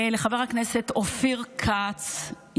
לחבר הכנסת אופיר כץ,